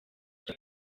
cyo